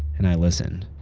and i listened,